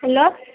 hello